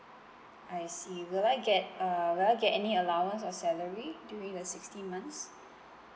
I see will I get uh will I get any allowance or salary during the sixteen months